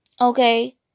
Okay